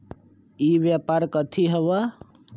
ई व्यापार कथी हव?